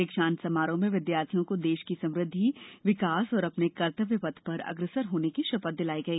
दीक्षांत समारोह में विद्यार्थियों को देश की समृद्दि विकास और अपने कर्तव्य पथ पर अग्रसर होने की शपथ दिलाई गई